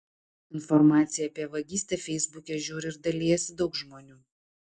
informaciją apie vagystę feisbuke žiūri ir dalijasi daug žmonių